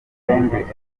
endecott